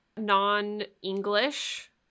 non-english